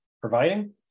providing